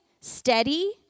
steady